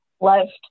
left